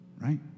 Right